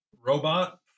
robot